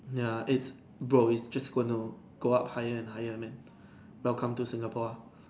ya it's bro it's just gonna go up higher and higher man welcome to Singapore ah